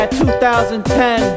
2010